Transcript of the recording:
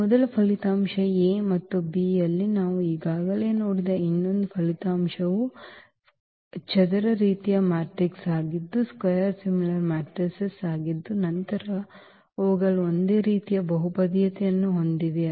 ಈ ಮೊದಲ ಫಲಿತಾಂಶ A ಮತ್ತು B ಯಲ್ಲಿ ನಾವು ಈಗಾಗಲೇ ನೋಡಿದ ಇನ್ನೊಂದು ಫಲಿತಾಂಶವು ಚದರ ರೀತಿಯ ಮೆಟ್ರಿಕ್ಸ್ ಆಗಿದ್ದು ನಂತರ ಅವುಗಳು ಒಂದೇ ರೀತಿಯ ಬಹುಪದೀಯತೆಯನ್ನು ಹೊಂದಿವೆ